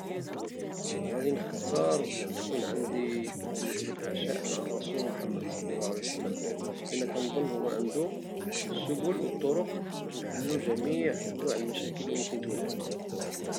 غنختار تكون عندي وجبة العشاء مع الرسول محمد صلى الله عليه وسلم لأن كنظن هو عندو السبل والطرق باش نحلو جميع أنواع المشاكل لي ممكن تواجهنا.